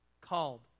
Called